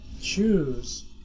choose